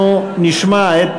בעד,